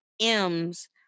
m's